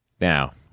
Now